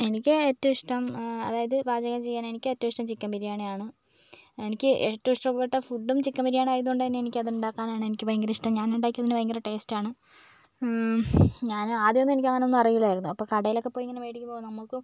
എനിക്ക് ഏറ്റവും ഇഷ്ടം അതായത് പാചകം ചെയ്യാൻ എനിക്കേറ്റവും ഇഷ്ടം ചിക്കൻ ബിരിയാണിയാണ് എനിക്ക് ഏറ്റവും ഇഷ്ടപ്പെട്ട ഫുഡും ചിക്കൻ ബിരിയാണിയായത് കൊണ്ടുതന്നെ എനിക്കതുണ്ടാക്കാനാണ് എനിക്ക് ഭയങ്കരിഷ്ടം ഞാൻ ഉണ്ടാക്കിയതിനു ഭയങ്കര ടേസ്റ്റാണ് ഞാന് ആദ്യമൊന്നും എനിക്കങ്ങനൊന്നും അറിയില്ലായിരുന്നു അപ്പോൾ കടയിലൊക്കെ പോയി ഇങ്ങനെ മേടിക്കുമ്പോൾ ഓ നമുക്കും